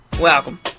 Welcome